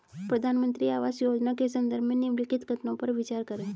प्रधानमंत्री आवास योजना के संदर्भ में निम्नलिखित कथनों पर विचार करें?